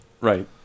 Right